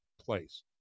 place